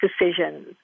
decisions